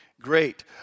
Great